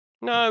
No